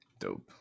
Dope